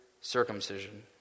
circumcision